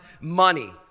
money